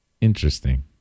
Interesting